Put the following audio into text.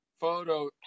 photo